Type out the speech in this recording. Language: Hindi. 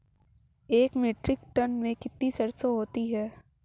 एक मीट्रिक टन में कितनी सरसों होती है?